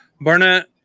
Barnett